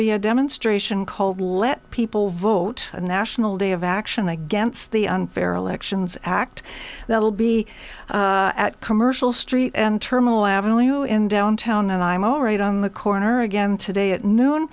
be a demonstration called let people vote a national day of action against the unfair elections act that will be at commercial street and terminal avenue in downtown and i'm all right on the corner again today at noon